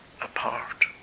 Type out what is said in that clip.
apart